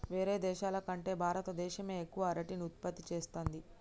వేరే దేశాల కంటే భారత దేశమే ఎక్కువ అరటిని ఉత్పత్తి చేస్తంది